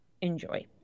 enjoy